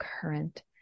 current